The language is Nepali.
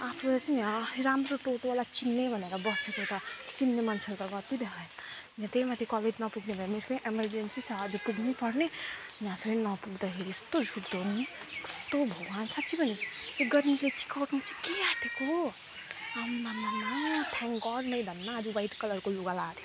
आफूले चाहिँ यहाँ राम्रो टोटोवाला चिन्ने भनेर बसेको त चिन्ने मान्छेले त गति देखायो त्यहीमाथि कलेज नपुग्ने भएपछि त्यही इमर्जेम्सी छ आज पुग्नै पर्ने या फेरि नपुग्दाखेरि यस्तो रिस उठदो हो नि यस्तो भगवान् साँच्चै भनेको यो गर्मीले चाहिँ गर्न चाहिँ के आँटेको आम्मामा थ्याङ्क गड मैले धन्न आज वाइट कलरको लुगा लगाए थियो